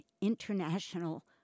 International